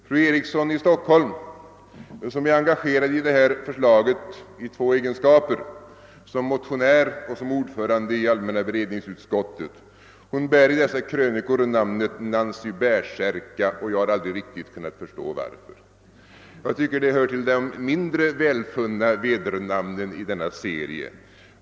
Fru Eriksson i Stockholm, som är engagerad beträffande detta förslag dels som motionär, dels som ordförande i allmänna beredningsutskottet, bär i dessa krönikor namnet Nancy Bärsärka, och jag har aldrig riktigt kunnat förstå anledningen. Jag tycker att det hör till de mindre välfunna vedernamnen i denna serie.